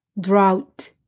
Drought